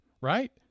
right